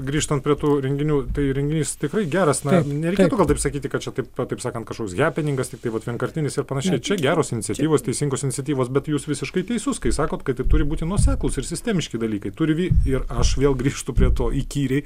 grįžtant prie tų renginių tai renginys tikrai geras na nereikėtų taip sakyti kad čia taip pat taip sakant kažkoks hepeningas tiktai vat vienkartinis ir panašiai čia geros iniciatyvos teisingos iniciatyvos bet jūs visiškai teisus kai sakot kad turi būti nuoseklūs ir sistemiški dalykai turi vy ir aš vėl grįžtu prie to įkyriai